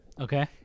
Okay